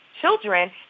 children